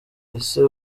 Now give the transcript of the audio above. ese